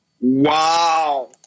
Wow